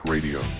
Radio